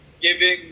giving